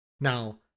now